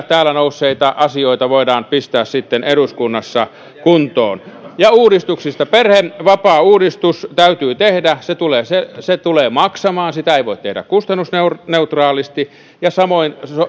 täällä nousseita asioita voidaan pistää sitten eduskunnassa kuntoon uudistuksista perhevapaauudistus täytyy tehdä se se tulee maksamaan sitä ei voi tehdä kustannusneutraalisti samoin